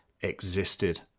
existed